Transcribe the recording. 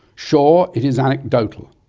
sure it is anecdotal,